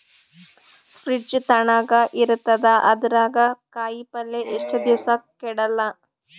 Fridge ತಣಗ ಇರತದ, ಅದರಾಗ ಕಾಯಿಪಲ್ಯ ಎಷ್ಟ ದಿವ್ಸ ಕೆಡಲ್ಲ?